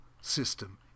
system